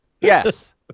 Yes